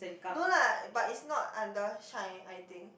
no lah but its not under shine I think